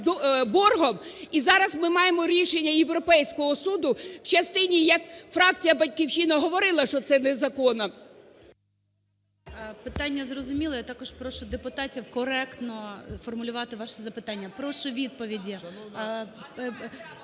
і зараз ми маємо рішення Європейського суду в частині, як фракція "Батьківщина" говорила, що це незаконно…